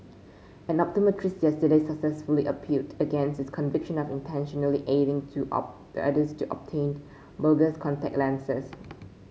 an optometrist yesterday successfully appealed against his conviction of intentionally aiding two of the others to obtain bogus contact lenses